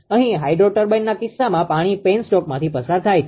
અહીં હાઈડ્રો ટર્બાઇનના કિસ્સામાં પાણી પેનસ્ટોકમાંથી પસાર થાય છે